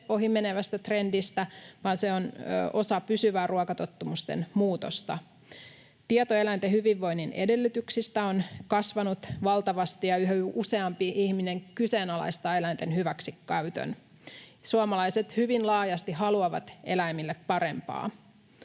ohimenevästä trendistä, vaan se on osa pysyvää ruokatottumusten muutosta. Tieto eläinten hyvinvoinnin edellytyksistä on kasvanut valtavasti, ja yhä useampi ihminen kyseenalaistaa eläinten hyväksikäytön. Suomalaiset hyvin laajasti haluavat eläimille parempaa.